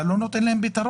אתה לא נותן להם פתרון.